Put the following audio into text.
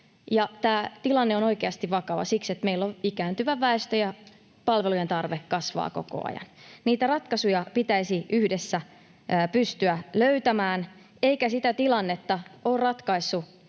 tämä tilanne on oikeasti vakava siksi, että meillä on ikääntyvä väestö ja palvelujen tarve kasvaa koko ajan. Ratkaisuja pitäisi yhdessä pystyä löytämään, eivätkä tilannetta ole ratkaisseet